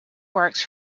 works